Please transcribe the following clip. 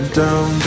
down